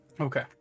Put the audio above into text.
Okay